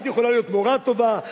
את יכולה להיות מורה טובה,